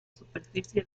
superficie